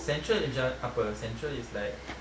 central is ja~ apa central is like